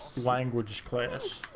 language class